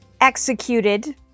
executed